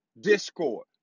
discord